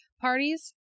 parties